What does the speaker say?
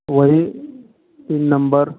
वही तीन नम्बर